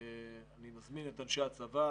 אני מזמין את אנשי הצבא,